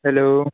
hello